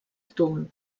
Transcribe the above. toul